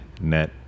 net